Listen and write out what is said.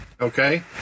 Okay